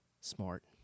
Smart